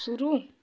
शुरू